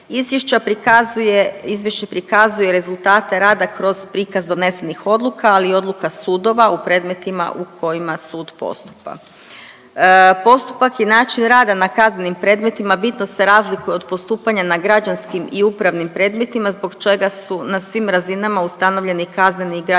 Izvješće prikazuje rezultate rada kroz prikaz donesenih odluka, ali i odluka sudova u predmeta u kojima sud postupa. Postupak i način rada na kaznenim predmetima bitno se razlikuje od postupanja na građanskim i upravnim predmetima, zbog čega su na svim razinama ustanovljeni kazneni i građansko-upravni